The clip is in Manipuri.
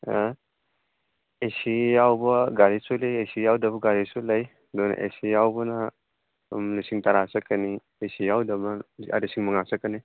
ꯑ ꯑꯦ ꯁꯤ ꯌꯥꯎꯕ ꯒꯥꯔꯤꯁꯨ ꯂꯩ ꯑꯦ ꯁꯤ ꯌꯥꯎꯗꯕ ꯒꯥꯔꯤꯁꯨ ꯂꯩ ꯑꯗꯨꯅ ꯑꯦ ꯁꯤ ꯌꯥꯎꯕꯅ ꯁꯤꯂꯤꯡ ꯇꯔꯥ ꯆꯠꯀꯅꯤ ꯑꯦ ꯁꯤ ꯌꯥꯎꯗꯕꯅ ꯂꯤꯁꯤꯡ ꯃꯉꯥ ꯆꯠꯀꯅꯤ